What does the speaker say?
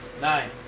Nine